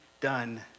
done